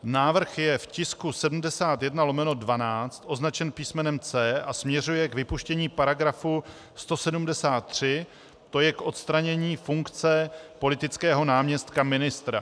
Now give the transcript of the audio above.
Návrh je v tisku 71/12 označen písmenem C a směřuje k vypuštění § 173, tj. k odstranění funkce politického náměstka ministra.